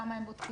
כמה הם בודקים?